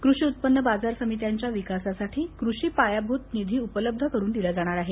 कृषी उत्पन्न बाजार समित्यांच्या विकासासाठी कृषी पायाभृत निधी उपलब्ध करून दिला जाणार आहे